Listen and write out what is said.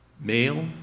Male